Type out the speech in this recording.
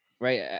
Right